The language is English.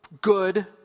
good